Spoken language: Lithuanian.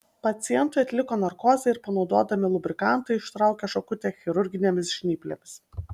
pacientui atliko narkozę ir panaudodami lubrikantą ištraukė šakutę chirurginėmis žnyplėmis